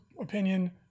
opinion